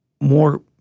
More